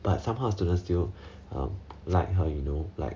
but somehow students still um like her you know like